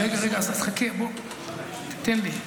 רגע, חכה, תן לי.